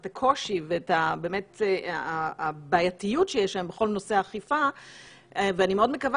את הקושי ואת הבעייתיות שיש היום בכל נושא האכיפה ואני מאוד מקווה